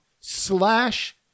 slash